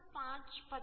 50